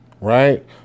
Right